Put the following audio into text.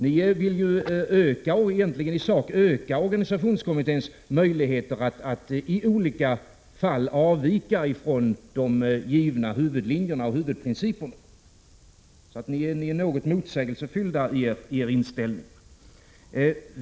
Ni vill egentligen i sak öka organisationskommitténs möjligheter att i olika fall avvika från de givna huvudlinjerna och huvudprinciperna. Så ni är något motsägelsefyllda i er inställning.